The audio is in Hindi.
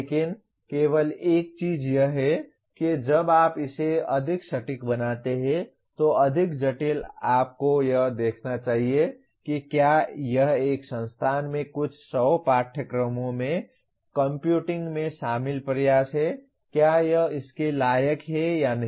लेकिन केवल एक चीज यह है कि जब आप इसे अधिक सटीक बनाते हैं तो अधिक जटिल आपको यह देखना चाहिए कि क्या यह एक संस्थान में कुछ सौ पाठ्यक्रमों में कंप्यूटिंग में शामिल प्रयास है क्या यह इसके लायक है या नहीं